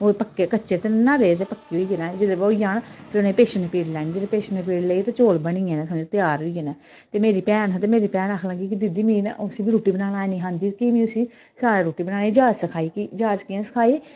ओह् पक्के कच्चे ते निं ना रेह् दे पक्के होई जाने जेल्लै होई जान ते फिर पिश नबेड़ी लैनी ते जैल्ले पिश नबेड़ी ते चौल बनियै न समझो त्यार होई गे न ते मेरी भैन ही ते मेरी भैन आक्खन लग्गी कि दीदी मिगी ना ते उस्सी बी रुट्टी बनाना हैनी ही आंदी ते फ्ही में उस्सी सारी रुट्टी बनाने दी जाच सखाई कि जाच कियां सखाई